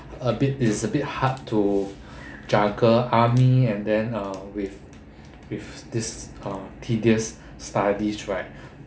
a bit it's a bit hard to juggle army and then uh with with this uh tedious studies right